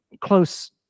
close